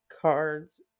cards